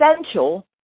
essential